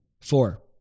Four